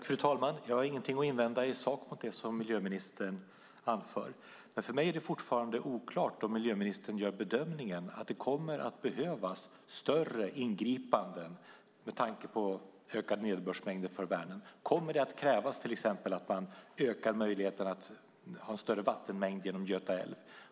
Fru talman! Jag har ingenting i sak att invända mot det som miljöministern anför. Men för mig är det fortfarande oklart om miljöministern gör bedömningen att det kommer att behövas större ingripanden med tanke på ökade nederbördsmängder för Vänern. Kommer det till exempel att krävas att man ökar möjligheterna att ha en större vattenmängd genom Göta älv?